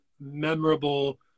memorable